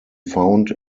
found